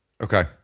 Okay